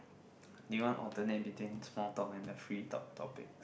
do you want alternate between small dominant free top topic